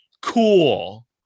Cool